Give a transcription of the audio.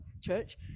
church